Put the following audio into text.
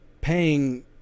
paying